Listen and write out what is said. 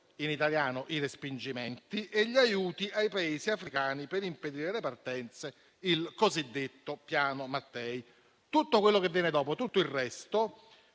(in italiano, i respingimenti), e gli aiuti ai Paesi africani per impedire le partenze (il cosiddetto Piano Mattei). Tutto quello che viene dopo, tutto il resto,